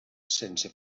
sense